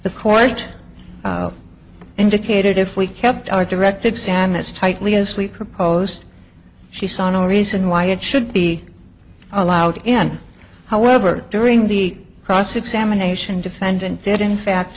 the court indicated if we kept our direct exam as tightly as we proposed she saw no reason why it should be allowed and however during the cross examination defendant did in fact